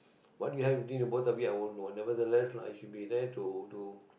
what you have between the both of you I won't know nevertheless lah he should be there to to to